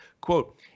Quote